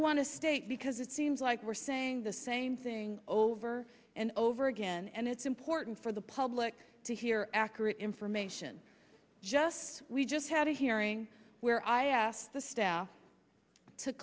want to state because it seems like we're saying the same thing over and over again and it's important for the public to hear accurate information just we just had a hearing where i asked the staff to